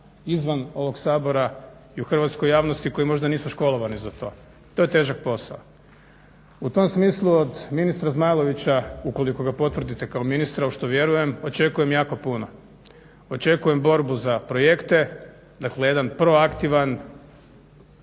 izvan ovog Sabora i u hrvatskoj javnosti koji možda nisu školovani za to. To je težak posao. U tom smislu od ministra Zmajlovića ukoliko ga potvrdite kao ministra u što vjerujem, očekujem jako puno. Očekujem borbu za projekte, dakle jedan proatkitvan